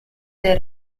dei